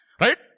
Right